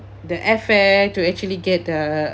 the airfare to actually get the